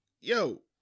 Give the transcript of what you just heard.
yo